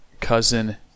Cousin